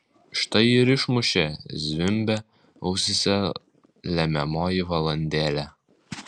štai ir išmušė zvimbia ausyse lemiamoji valandėlė